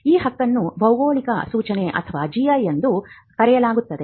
ಈ ಹಕ್ಕನ್ನು ಭೌಗೋಳಿಕ ಸೂಚನೆ ಅಥವಾ ಜಿಐ ಎಂದು ಕರೆಯಲಾಗುತ್ತದೆ